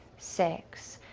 six.